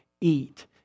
eat